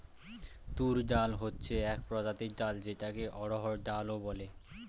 তুর ডাল হচ্ছে এক প্রজাতির ডাল যেটাকে অড়হর ডাল ও বলে